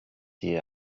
die